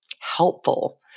helpful